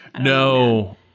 No